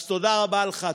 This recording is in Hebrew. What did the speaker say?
אז תודה רבה לך.